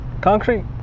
Concrete